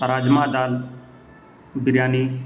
راجما دال بریانی